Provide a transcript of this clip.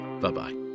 Bye-bye